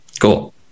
Cool